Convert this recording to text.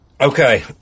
Okay